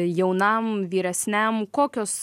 jaunam vyresniam kokios